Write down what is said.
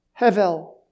Hevel